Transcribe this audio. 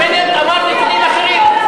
השר בנט אמר נתונים אחרים.